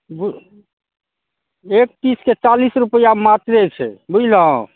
गु एक पीसके चालीस रुपैआ मात्रे छै बुझलहुँ